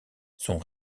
son